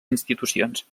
institucions